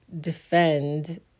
defend